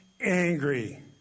angry